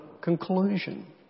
conclusion